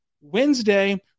Wednesday